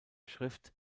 schrift